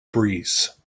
breeze